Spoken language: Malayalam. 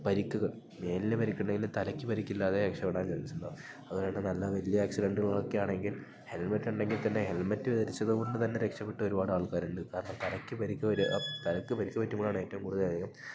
പരിക്കുകൾ മേലിൽ പരിക്ക് ഉണ്ടെങ്കിലും തലയ്ക്ക് പരിക്കില്ലാതെ രക്ഷപ്പെടാൻ ചാൻസൊണ്ടാവും അത്കൊണ്ട് നല്ല വലിയ ആക്സിഡൻ്റുകളൊക്കെ ആണെങ്കിൽ ഹെൽമെറ്റൊണ്ടെങ്കില് തന്നെ ഹെൽമെറ്റ് ധരിച്ചത് കൊണ്ട് തന്നെ രക്ഷപ്പെട്ട ഒരുപാട് ആൾക്കാരുണ്ട് കാരണം തലയ്ക്ക് പരിക്ക് വരുക തലയ്ക്ക് പരിക്ക് പറ്റുമ്പോഴാണ് ഏറ്റവും കൂടുതൽ അധികം